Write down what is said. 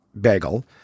bagel